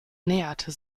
näherte